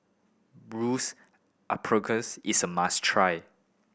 is a must try